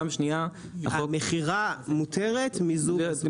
פעם שניה --- המכירה מותרת, מיזוג אסור?